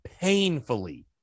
painfully